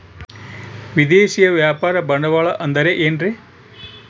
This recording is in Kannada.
ವಿದೇಶಿಯ ವ್ಯಾಪಾರ ಬಂಡವಾಳ ಅಂದರೆ ಏನ್ರಿ?